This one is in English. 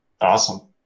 awesome